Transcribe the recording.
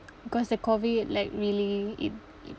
because the COVID like really it it